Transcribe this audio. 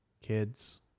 kids